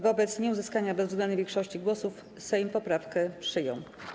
Wobec nieuzyskania bezwzględnej większości głosów Sejm poprawkę przyjął.